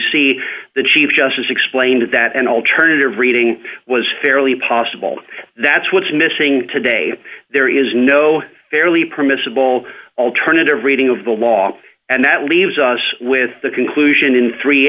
see the chief justice explained that an alternative reading was fairly possible that's what's missing today there is no fairly permissible alternative reading of the law and that leaves us with the conclusion in three